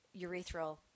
urethral